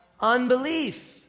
unbelief